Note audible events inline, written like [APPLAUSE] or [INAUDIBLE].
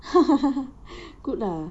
[LAUGHS] good lah